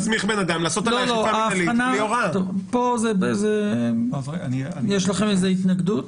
יש לכם איזו התנגדות?